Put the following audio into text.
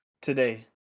today